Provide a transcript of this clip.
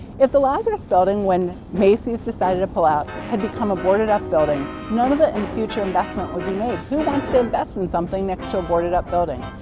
if the lazarus building when macy's decided to pull out, had become a boarded up building none of the and future investment would be made. who wants to invest in something next to a boarded up building?